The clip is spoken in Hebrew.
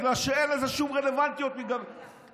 בגלל שאין לזה שום רלוונטיות מבחינתך.